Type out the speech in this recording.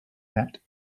that